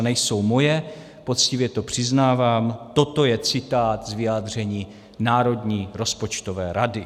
A nejsou moje, poctivě to přiznávám, toto je citát z vyjádření Národní rozpočtové rady.